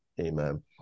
Amen